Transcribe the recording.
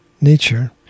Nature